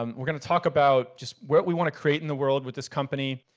um we're gonna talk about just what we wanna create in the world with this company,